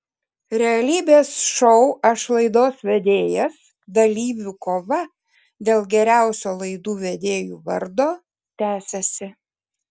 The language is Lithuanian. realybės šou aš laidos vedėjas dalyvių kova dėl geriausio laidų vedėjo vardo tęsiasi